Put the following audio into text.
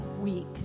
week